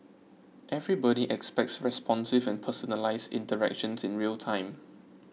everybody expects responsive and personalised interactions in real time